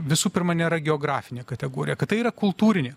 visų pirma nėra geografinė kategorija kad tai yra kultūrinė